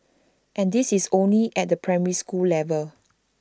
and this is only at the primary school level